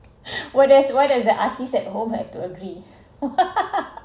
what does what does the artists at home I have to agree